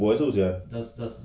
我也是不喜欢